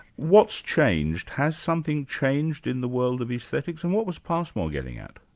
what's changed? has something changed in the world of aesthetics, and what was passmore getting at?